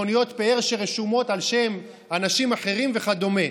מכוניות פאר שרשומות על שם אנשים אחרים וכדומה,